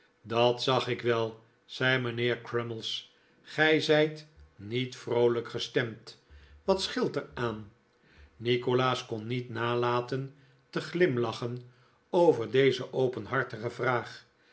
dart zag ik wel zei mijnheer crummies gij zijt niet vroolijk gestemd wat scheelt er aan nikolaas kon niet nalaten te glimlachen over deze openhartige vraag